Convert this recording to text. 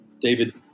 David